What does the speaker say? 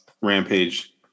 Rampage